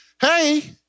Hey